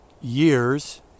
years